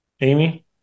Amy